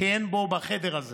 כי אין בחדר הזה